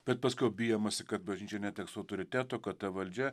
bet paskui bijomasi kad bažnyčia neteks autoriteto kad ta valdžia